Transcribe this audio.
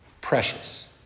precious